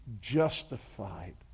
justified